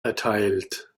erteilt